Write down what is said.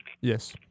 Yes